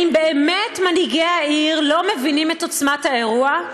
האם באמת מנהיגי העיר לא מבינים את עוצמת האירוע?